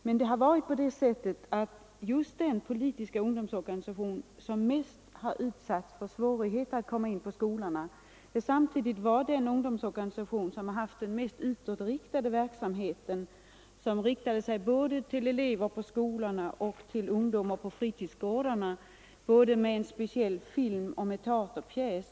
Men den politiska ungdomsorganisation som mött mest svårigheter när det gällt att komma in på skolorna, är samtidigt den ungdomsorganisation som haft den mest utåtriktade verksamheten. Den vände sig både till eleverna i skolorna och till ungdomarna på fritidsgårdarna, bl.a. med en speciell film och med en teaterpjäs.